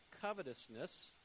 covetousness